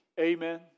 amen